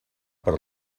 per